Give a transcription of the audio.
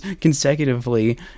consecutively